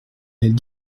elles